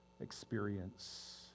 experience